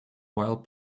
while